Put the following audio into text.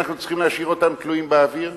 אנחנו צריכים להשאיר אותם תלויים באוויר?